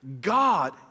God